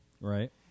Right